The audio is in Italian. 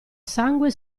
sangue